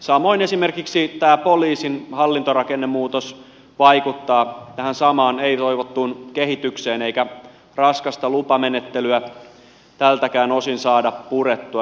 samoin esimerkiksi tämä poliisin hallintorakennemuutos vaikuttaa tähän samaan ei toivottuun kehitykseen eikä raskasta lupamenettelyä tältäkään osin saada purettua